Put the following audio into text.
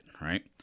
right